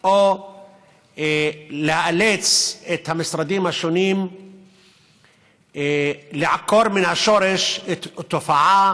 או לאלץ את המשרדים השונים לעקור מן השורש תופעה